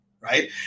right